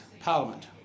parliament